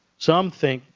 some think,